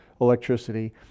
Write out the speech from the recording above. electricity